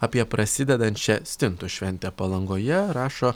apie prasidedančią stintų šventę palangoje rašo